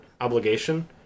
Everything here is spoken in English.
obligation